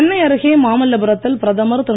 சென்னை அருகே மாமல்லபுரத்தில் பிரதமர் திரு